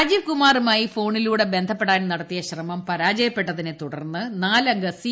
രാജീവ്കുമാറുമായി ഫോണിലൂടെ ബന്ധപ്പെടാൻ നടത്തിയ ശ്രമം പരാജയപ്പെട്ടതിനെ തുടർന്ന് നാല് അംഗ സി